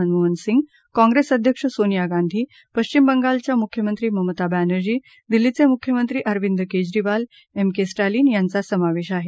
मनमोहन सिंग कॉंग्रेस अध्यक्ष सोनिया गांधी पश्चिम बंगालच्या मुख्यमंत्री ममता बॅनर्जी दिल्लीचे मुख्यमंत्री अरविंद केजरीवाल एम के स्टॅलिन यांचा समावेश आहे